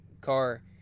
car